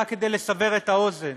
רק כדי לסבר את האוזן,